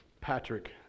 Patrick